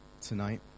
tonight